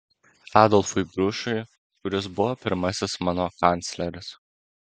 adolfui grušui kuris buvo pirmasis mano kancleris